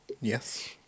Yes